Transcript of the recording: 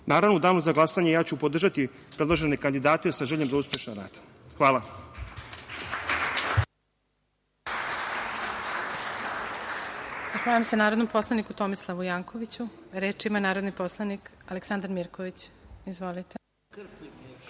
celini. Naravno, u danu za glasanje ja ću podržati predložene kandidate sa željom za uspešan rad. Hvala.